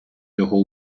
його